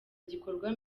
gikorwa